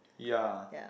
ya